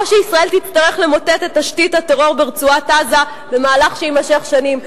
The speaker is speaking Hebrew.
או שישראל תצטרך למוטט את תשתית הטרור ברצועת-עזה במהלך שיימשך שנים.